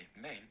Main